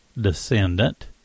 descendant